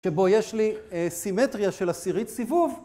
שבו יש לי סימטריה של הסירית סיבוב.